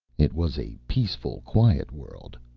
it was a peaceful quiet world,